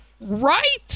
Right